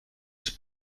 ich